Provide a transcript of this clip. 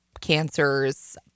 Cancers